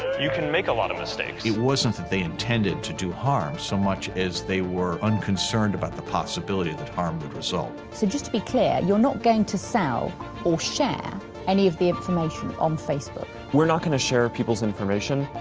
you can make a lot of mistakes. it wasn't that they intended to do harm so much as they were unconcerned about the possibility that harm would result. so just to be clear you're not going to sell or share any of the information on facebook? we're not gonna share people's information,